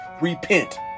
repent